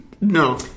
No